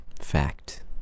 fact